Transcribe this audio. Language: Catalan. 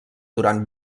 durant